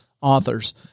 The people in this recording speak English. authors